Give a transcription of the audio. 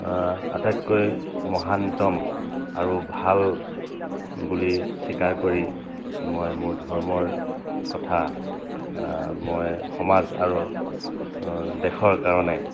আটাইতকৈ মহান্তম আৰু ভাল বুলি স্বীকাৰ কৰি মই মোৰ ধৰ্মৰ কথা মই সমাজ আৰু দেশৰ কাৰণে